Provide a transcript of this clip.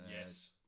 Yes